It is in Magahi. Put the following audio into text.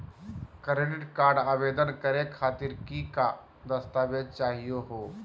क्रेडिट कार्ड आवेदन करे खातीर कि क दस्तावेज चाहीयो हो?